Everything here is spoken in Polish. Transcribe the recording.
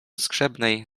zgrzebnej